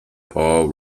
paul